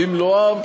במלואם?